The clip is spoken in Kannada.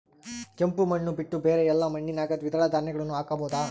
ಕೆಂಪು ಮಣ್ಣು ಬಿಟ್ಟು ಬೇರೆ ಎಲ್ಲಾ ಮಣ್ಣಿನಾಗ ದ್ವಿದಳ ಧಾನ್ಯಗಳನ್ನ ಹಾಕಬಹುದಾ?